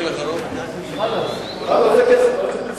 מה, אתה רוצה כסף, אתה רוצה פיצוי,